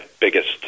biggest